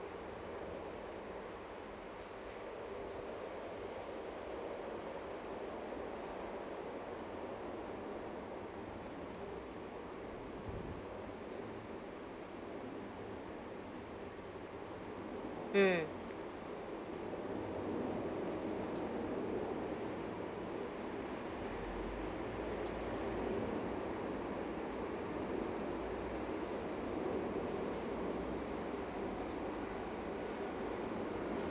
mm